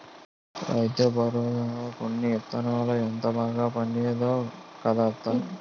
రైతుబజార్లో కొన్న యిత్తనాలతో ఎంత బాగా పండిందో కదా అత్తా?